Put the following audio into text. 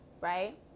right